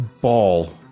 ball